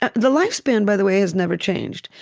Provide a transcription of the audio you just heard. ah the lifespan, by the way, has never changed.